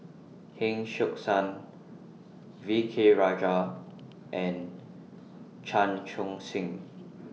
Heng Siok San V K Rajah and Chan Chun Sing